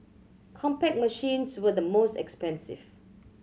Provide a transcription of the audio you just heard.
Compaq machines were the most expensive